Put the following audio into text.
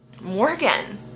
morgan